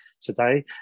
today